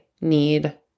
need